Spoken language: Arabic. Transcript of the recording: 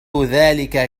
ذلك